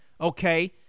Okay